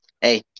hey